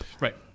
right